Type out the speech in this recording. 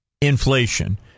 Inflation